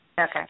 Okay